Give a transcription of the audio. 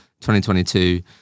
2022